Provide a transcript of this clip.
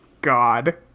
God